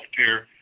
Healthcare